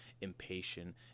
impatient